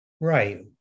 Right